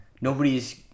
nobody's